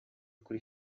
kuri